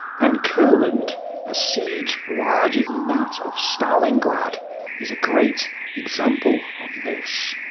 and courland a siege larger than that of stalingrad is a great example of this.